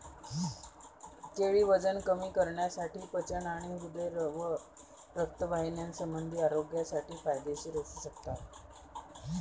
केळी वजन कमी करण्यासाठी, पचन आणि हृदय व रक्तवाहिन्यासंबंधी आरोग्यासाठी फायदेशीर असू शकतात